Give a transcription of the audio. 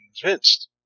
convinced